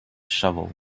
shovel